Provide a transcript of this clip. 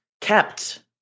kept